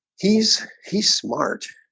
he's he's smart